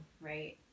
right